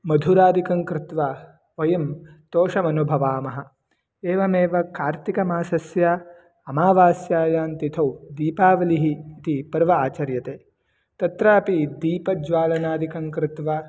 मधुरादिकङ्कृत्वा वयं तोषमनुभवामः एवमेव कार्तिकमासस्य अमावास्यायान्तिथौ दीपावलिः इति पर्व आचर्यते तत्रापि दीपज्वालनादिकं कृत्वा